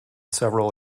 several